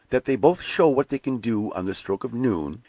that they both show what they can do on the stroke of noon,